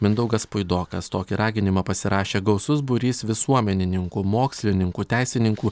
mindaugas puidokas tokį raginimą pasirašė gausus būrys visuomenininkų mokslininkų teisininkų